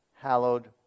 hallowed